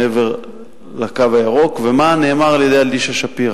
מעבר ל"קו הירוק" ומה נאמר על-ידי אלישע שפירא,